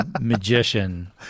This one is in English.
magician